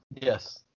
Yes